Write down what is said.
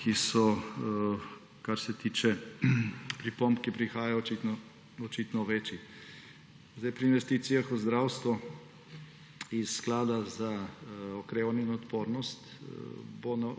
ki so, kar se tiče pripomb, ki prihajajo, očitno večji. Pri investicijah v zdravstvo iz Sklada za okrevanje in odpornost bo na